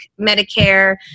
Medicare